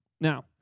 Now